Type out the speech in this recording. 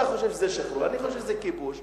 אתה חושב שזה שחרור, אני חושב שזה כיבוש.